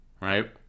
right